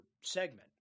segment